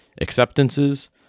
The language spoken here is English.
Acceptances